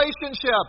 relationship